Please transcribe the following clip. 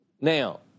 Now